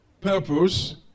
Purpose